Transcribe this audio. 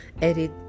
edit